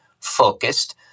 focused